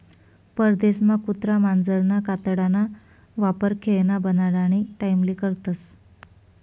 परदेसमा कुत्रा मांजरना कातडाना वापर खेयना बनाडानी टाईमले करतस